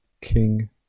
King